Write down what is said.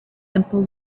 simple